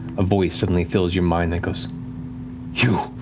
a voice suddenly fills your mind that goes, you!